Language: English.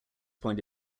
point